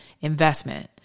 investment